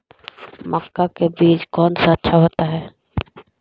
मक्का का बीज कौन सा अच्छा होता है?